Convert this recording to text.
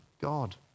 god